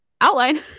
outline